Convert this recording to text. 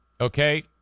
Okay